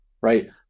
right